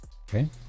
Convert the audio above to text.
Okay